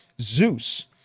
Zeus